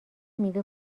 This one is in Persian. میوه